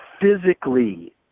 Physically